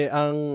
ang